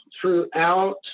throughout